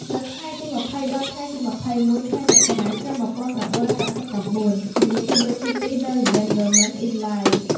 នៅថ្ងៃទី២០ ដល់ថ្ងៃទី២១ ខែមករា ឆ្នាំ១៩៨៨ ជំនួបជាលើកទី២ នៅ សេន-ហ្គឺរម៉ិន-អ៊ីន-ឡាយ។